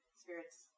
spirits